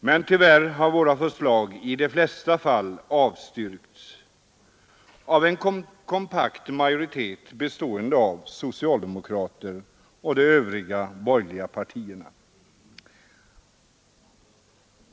Men tyvärr har våra förslag i de flesta fall avstyrkts av en kompakt majoritet bestående av socialdemokrater och de borgerliga partierna.